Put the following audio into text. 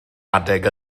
adeg